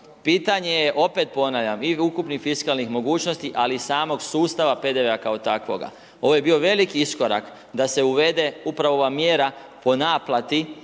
pitanje je, opet ponavljam, i ukupnih fiskalnih mogućnosti ali i samog sustava PDV-a kao takvoga. Ovo je bio veliki iskorak da se uvede upravo ova mjera po naplati